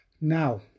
Now